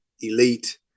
elite